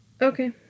Okay